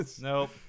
Nope